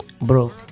Bro